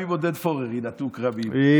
גם עם עודד פורר יינטעו כרמים.